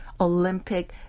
Olympic